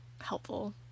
helpful